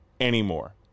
anymore